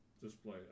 display